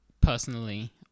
personally